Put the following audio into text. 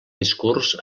discurs